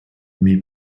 мій